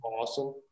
Awesome